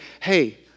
hey